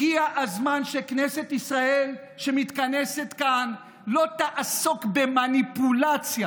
הגיע הזמן שכנסת ישראל שמתכנסת כאן לא תעסוק במניפולציה,